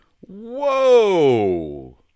Whoa